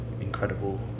incredible